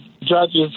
judges